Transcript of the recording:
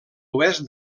oest